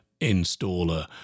installer